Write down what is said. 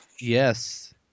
yes